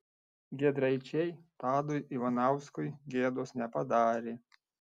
giedraičiai tadui ivanauskui gėdos nepadarė